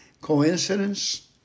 coincidence